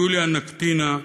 יוליה ניקיטינה,